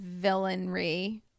villainry